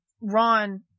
Ron